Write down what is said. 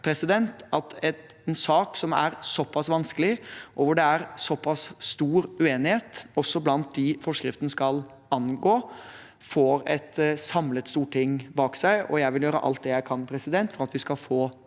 at en sak som er såpass vanskelig, og hvor det er såpass stor uenighet også blant dem forskriften skal angå, får et samlet storting bak seg. Jeg vil gjøre alt jeg kan for at vi skal få det